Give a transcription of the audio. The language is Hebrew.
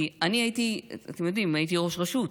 כי אתם יודעים, אני הייתי ראש רשות.